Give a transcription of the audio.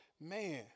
Man